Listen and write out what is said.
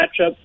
matchup